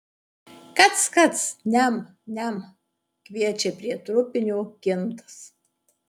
kac kac niam niam kviečia prie trupinio kintas